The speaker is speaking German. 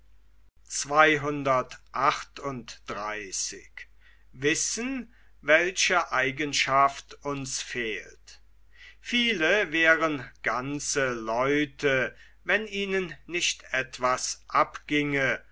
viele wären ganze leute wenn ihnen nicht etwas abgienge